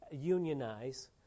unionize